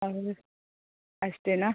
ಹೌದು ಅಷ್ಟೇನಾ